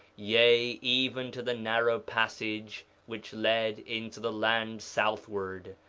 yea, even to the narrow passage which led into the land southward.